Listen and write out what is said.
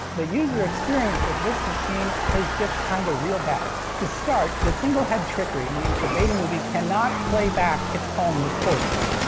the user experience with this machine is just kind of real bad. to start, the single-head trickery means the betamovie cannot play back its own recordings.